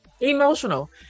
Emotional